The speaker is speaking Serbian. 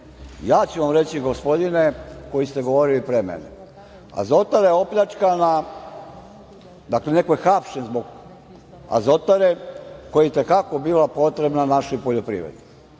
Ja ću vam reći, gospodine koji ste govorili pre mene, Azotara je opljačkana, dakle, neko je hapšen zbog Azotare, koja je i te kako bila potrebna našoj poljoprivredi.